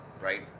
right